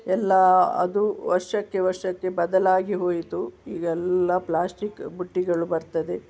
ಎಲ್ಲ ಅದು ವರ್ಷಕ್ಕೆ ವರ್ಷಕ್ಕೆ ಬದಲಾಗಿ ಹೋಯಿತು ಈಗೆಲ್ಲ ಪ್ಲಾಸ್ಟಿಕ್ ಬುಟ್ಟಿಗಳು ಬರ್ತದೆ